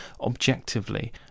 objectively